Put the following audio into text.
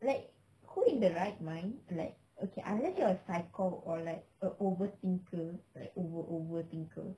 like who in the right mind like okay unless you are psycho or like a over thinker over over thinker